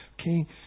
Okay